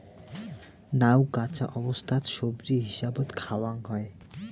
নাউ কাঁচা অবস্থাত সবজি হিসাবত খাওয়াং হই